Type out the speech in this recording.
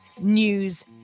news